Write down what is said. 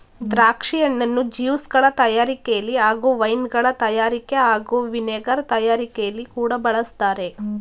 ದ್ರಾಕ್ಷಿ ಹಣ್ಣನ್ನು ಜ್ಯೂಸ್ಗಳ ತಯಾರಿಕೆಲಿ ಹಾಗೂ ವೈನ್ಗಳ ತಯಾರಿಕೆ ಹಾಗೂ ವಿನೆಗರ್ ತಯಾರಿಕೆಲಿ ಕೂಡ ಬಳಸ್ತಾರೆ